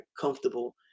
comfortable